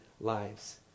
lives